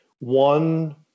one –